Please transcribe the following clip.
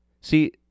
See